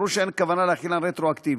ברור שאין כוונה להחילן רטרואקטיבית.